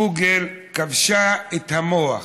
גוגל כבשה את המוח,